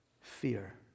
fear